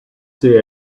see